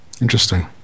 Interesting